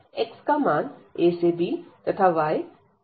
x का मान a से b है तथा y का c से d है